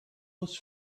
was